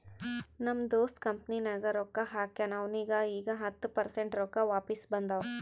ನಮ್ ದೋಸ್ತ್ ಕಂಪನಿನಾಗ್ ರೊಕ್ಕಾ ಹಾಕ್ಯಾನ್ ಅವ್ನಿಗ ಈಗ್ ಹತ್ತ ಪರ್ಸೆಂಟ್ ರೊಕ್ಕಾ ವಾಪಿಸ್ ಬಂದಾವ್